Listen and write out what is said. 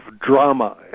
drama